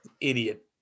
idiot